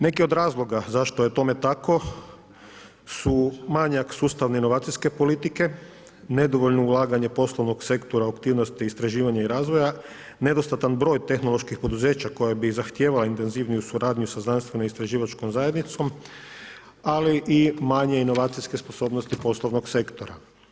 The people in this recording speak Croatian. Neki od razloga zašto je tome tako su manjak sustavne i inovacijske politike, nedovoljno ulaganje poslovnog sektora, aktivnosti, istraživanja i razvoja, nedostatan broj tehnoloških poduzeća koja bi zahtijevala intenzivniju suradnju sa znanstveno-istraživačkom zajednicom ali i manje inovacijske sposobnosti poslovnog sektora.